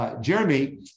Jeremy